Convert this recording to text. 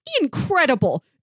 Incredible